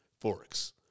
Forks